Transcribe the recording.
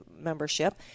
membership